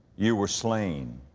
you were slain,